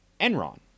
Enron